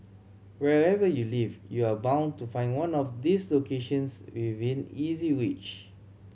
wherever you live you are bound to find one of these locations within easy reach